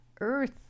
earth